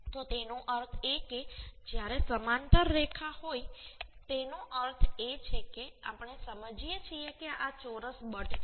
તો તેનો અર્થ એ કે જ્યારે સમાંતર રેખા હોય તેનો અર્થ એ છે કે આપણે સમજીએ છીએ કે આ ચોરસ બટ છે